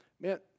Man